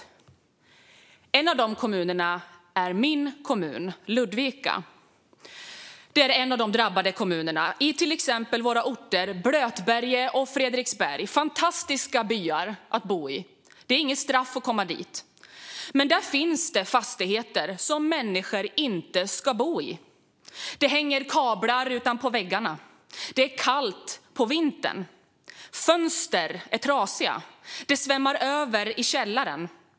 En av dessa drabbade kommuner är min hemkommun Ludvika. Det gäller till exempel orterna Blötberget och Fredriksberg. Det är fantastiska byar att bo i; det är inget straff att komma dit. Men där finns fastigheter som människor inte ska bo i. Det hänger kablar utanpå väggarna. Det är kallt på vintern. Fönster är trasiga. Det svämmar över i källaren.